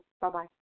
bye-bye